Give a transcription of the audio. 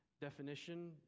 Definition